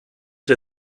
der